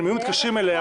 מתקשרים אליה,